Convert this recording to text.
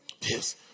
Yes